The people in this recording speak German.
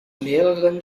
mehreren